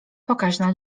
pokaźna